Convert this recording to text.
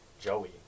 Joey